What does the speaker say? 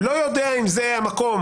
לא יודע אם זה המקום.